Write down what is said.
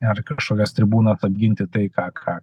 ar kažkokias tribūnas apginti tai ką ką